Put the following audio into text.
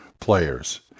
players